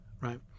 Right